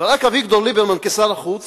ורק אביגדור ליברמן כשר החוץ